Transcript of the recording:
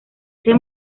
ese